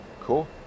Cool